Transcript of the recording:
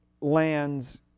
lands